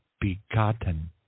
begotten